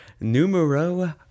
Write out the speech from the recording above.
numero